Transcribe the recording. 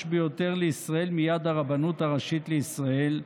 ביותר לישראל מיד הרבנות הראשית לישראל,